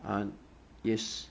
uh yes